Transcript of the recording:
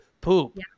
poop